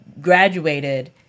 graduated